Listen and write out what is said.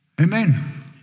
Amen